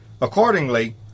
Accordingly